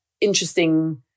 interesting